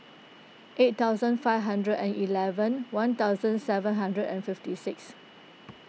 eight thousand five hundred and eleven one thousand seven hundred and fifty six